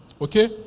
Okay